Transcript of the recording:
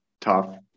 tough